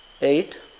eight